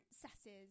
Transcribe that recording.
princesses